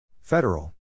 Federal